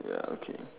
ya okay